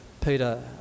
peter